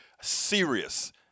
serious